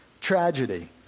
tragedy